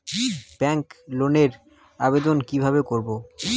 Bank লোনের আবেদন কি কিভাবে করব?